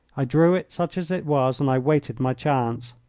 i drew it, such as it was, and i waited my chance.